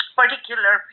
particular